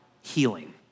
healing